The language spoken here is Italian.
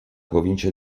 provincia